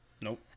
Nope